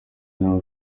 ntawe